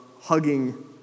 hugging